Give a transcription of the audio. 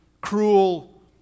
cruel